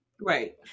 Right